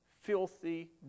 filthy